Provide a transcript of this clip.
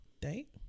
date